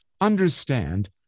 understand